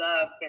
love